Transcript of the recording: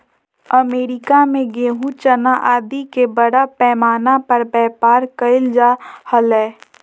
America में गेहूँ, चना आदि के बड़ा पैमाना पर व्यापार कइल जा हलय